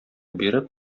биреп